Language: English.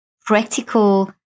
practical